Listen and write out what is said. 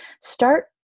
start